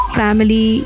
family